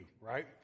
right